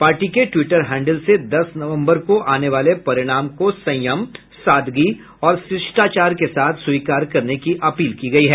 party के twitter handle से दस नवम्बर को आने वाले परिणाम को संयम सादगी और शिष्टाचार के साथ स्वीकार करने की अपील की गई है